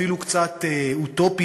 אפילו קצת אוטופי,